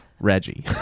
Reggie